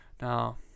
Now